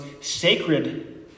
sacred